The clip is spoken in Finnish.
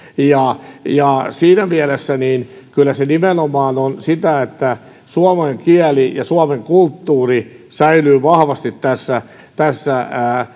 siinä mielessä kyllä on nimenomaan niin että jotta suomen kieli ja suomen kulttuuri säilyvät vahvasti tässä tässä